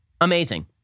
amazing